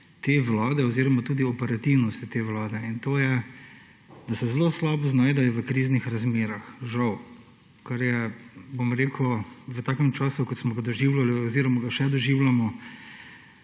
te vlade oziroma tudi operativnosti te vlade. In to je, da se zelo slabo znajdejo v kriznih razmerah, žal, kar je, bom rekel, v takem času, kot smo ga doživljali oziroma ga še doživljamo,